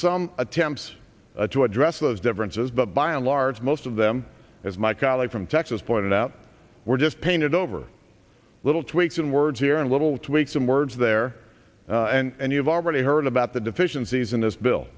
some attempts to address those differences but by and large most of them as my colleague from texas pointed out were just painted over little tweaks in words here and little tweaks and words there and you've already heard about the deficiencies in this bill